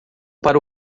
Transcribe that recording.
para